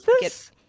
get